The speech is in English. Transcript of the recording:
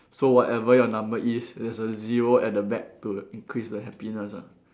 so whatever your number is there's a zero at the back to increase the happiness ah